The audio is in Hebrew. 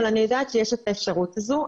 אבל אני יודעת שיש את האפשרות הזו.